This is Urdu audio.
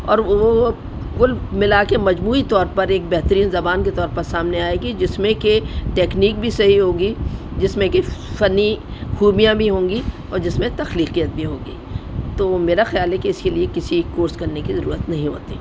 اور وہ کل ملا کے مجموعی طور پر ایک بہترین زبان کے طور پر سامنے آئے گی جس میں کہ ٹیکنیک بھی صحیح ہوگی جس میں کہ فنی خوبیاں بھی ہوں گی اور جس میں تخلیقیت بھی ہوگی تو میرا خیال ہے کہ اس کے لیے کسی کورس کرنے کی ضرورت نہیں ہوتی